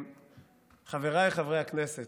חבריי חברי הכנסת,